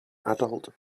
adult